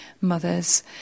mothers